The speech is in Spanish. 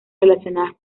relacionadas